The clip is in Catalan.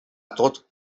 tot